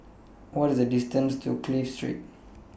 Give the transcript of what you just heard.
What IS The distance to Clive Street